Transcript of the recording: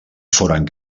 foren